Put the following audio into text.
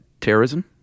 terrorism